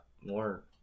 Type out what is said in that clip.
more